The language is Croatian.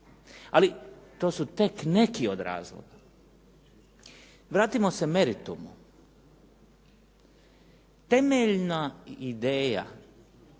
ali to su tek neki od razloga. Vratimo se meritumu. Temeljna ideja